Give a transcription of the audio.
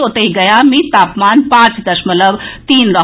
ओतहि गया मे तापमान पांच दशमलव तीन रहल